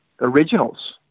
originals